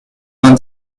vingt